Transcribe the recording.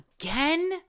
again